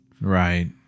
Right